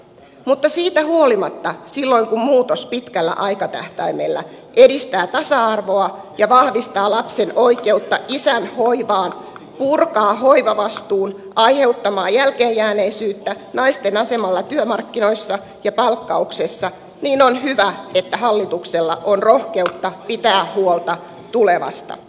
mutta siitä huolimatta silloin kun muutos pitkällä aikatähtäimellä edistää tasa arvoa ja vahvistaa lapsen oikeutta isän hoivaan purkaa hoivavastuun aiheuttamaa jälkeenjääneisyyttä naisten asemassa työmarkkinoilla ja palkkauksessa on hyvä että hallituksella on rohkeutta pitää huolta tulevasta